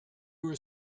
were